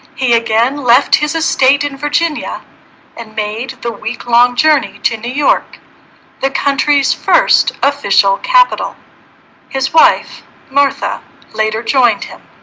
he again left his estate in virginia and made the week-long journey to new york the country's first official capital his wife martha later joined him